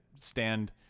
stand